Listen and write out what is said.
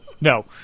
no